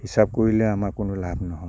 হিচাপ কৰিলে আমাৰ কোনো লাভ নহয়